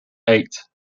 eight